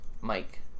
Mike